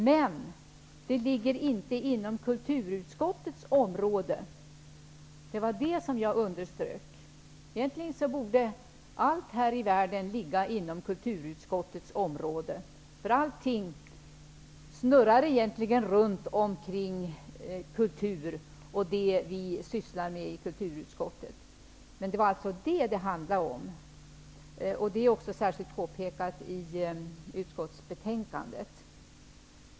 Men den ligger inte inom kulturutskottets område. Det var det som jag underströk. Egentligen borde allt här i världen ligga inom kulturutskottets område. Allting snurrar ju egentligen runt omkring kultur och det som vi sysslar med i kulturutskottet. Det var alltså detta som det handlade om. Det är också särskilt påpekat i utskottsbetänkandet.